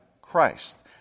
Christ